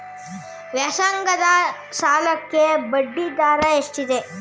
ವ್ಯಾಸಂಗದ ಸಾಲಕ್ಕೆ ಬಡ್ಡಿ ದರ ಎಷ್ಟಿದೆ?